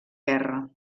guerra